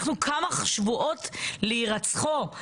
אנחנו כמה שבועות להירצחו.